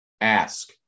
ask